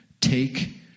Take